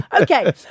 Okay